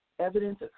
evidence